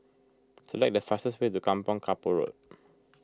select the fastest way to Kampong Kapor Road